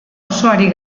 osoari